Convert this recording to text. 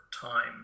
time